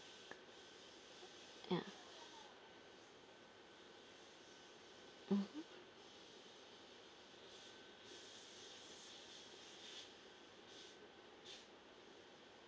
ya mmhmm